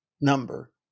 number